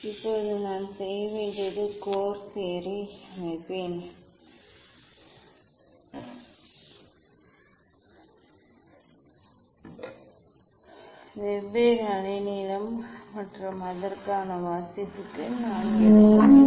இப்போது நான் செய்ய வேண்டியது கோர்செயரை அமைப்பேன் அமைப்பேன் நான் வெவ்வேறு ஸ்பெக்ட்ரல் கோடுகளில் கோர்செயரை அமைப்பேன் வெவ்வேறு அலைநீளம் மற்றும் அதற்கான வாசிப்புக்கு நான் எடுக்க வேண்டும்